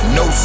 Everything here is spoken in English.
no